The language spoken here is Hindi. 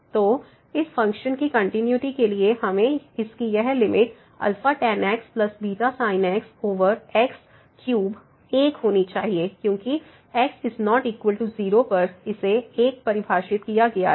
तो इस फ़ंक्शन की कंटिन्यूटी के लिए इसकी यह limit tan x βsin x x3 1 होनी चाहिए क्योंकि x≠0 पर इसे 1 परिभाषित किया गया है